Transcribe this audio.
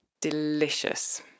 delicious